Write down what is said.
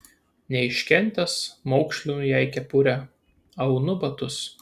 neiškentęs maukšlinu jai kepurę aunu batus